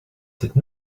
cette